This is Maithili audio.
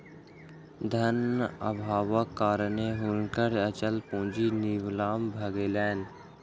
धन अभावक कारणेँ हुनकर अचल पूंजी नीलाम भ गेलैन